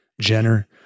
Jenner